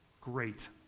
great